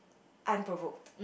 unprovoked